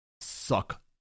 suck